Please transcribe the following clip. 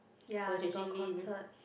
ya they got concert